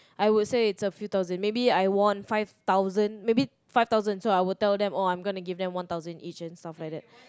I would say its a few thousand maybe I won five thousand maybe five thousand so I would tell them oh I'm gonna give them one thousand each and stuff like that